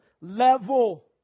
level